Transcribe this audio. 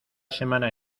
semana